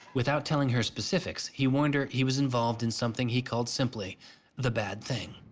without telling her specifics, he warned her he was involved in something he called simply the bad thing.